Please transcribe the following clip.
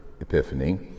Epiphany